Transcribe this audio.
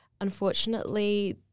unfortunately